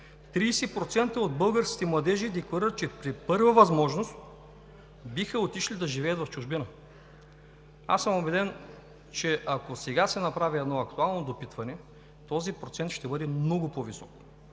от българските младежи декларират, че при първа възможност биха отишли да живеят в чужбина. Убеден съм, че ако сега се направи едно актуално допитване, този процент ще бъде много по-висок.